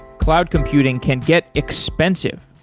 cloud computing can get expensive.